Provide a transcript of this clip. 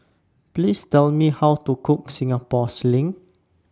Please Tell Me How to Cook Singapore Sling